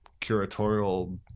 curatorial